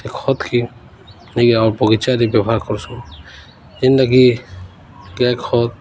ସେ ଖତ୍କେ ନେଇକେ ଆଉର୍ ବଗିଚାରେ ଦେଇ ବ୍ୟବହାର କରସୁଁ ଯେନ୍ତାକି ଜିଆ ଖତ